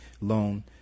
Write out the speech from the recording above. loan